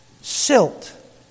silt